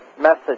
message